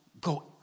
Go